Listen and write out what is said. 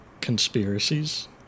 conspiracies